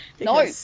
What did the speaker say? No